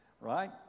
right